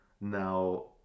now